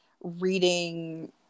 reading